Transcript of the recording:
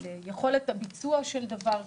ליכולת הביצוע של דבר כזה.